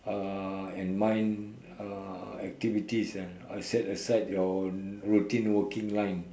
uh and mind uh activities eh and set I aside your routine working line